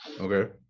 Okay